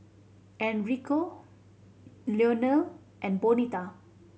Enrico Leonel and Bonita